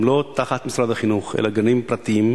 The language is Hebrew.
הם לא תחת משרד החינוך, אלא גנים פרטיים,